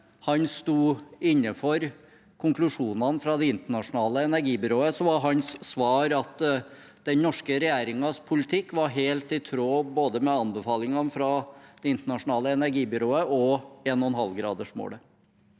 han sto inne for konklusjonene til Det internasjonale energibyrået, var hans svar at den norske regjeringens politikk var helt i tråd med både anbefalingene fra Det internasjonale energibyrået og 1,5-gradersmålet.